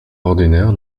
ordinaire